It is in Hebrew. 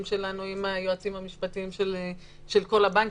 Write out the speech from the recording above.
שלנו עם היועצים המשפטיים של כל הבנקים,